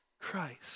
Christ